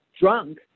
drunk